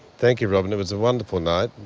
thank you robyn, it was a wonderful night.